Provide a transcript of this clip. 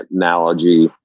analogy